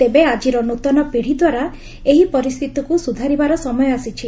ତେବେ ଆଜିର ନ୍ତନ ପିଢ଼ି ଦ୍ୱାରା ଏହି ପରିସ୍ଥିତିକ୍ତ ସ୍ୱଧାରିବାର ସମୟ ଆସିଛି